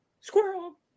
squirrel